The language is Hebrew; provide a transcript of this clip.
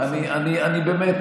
באמת,